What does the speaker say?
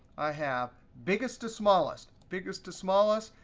i have biggest to smallest, biggest to smallest,